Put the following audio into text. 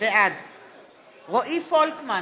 בעד רועי פולקמן,